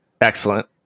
Excellent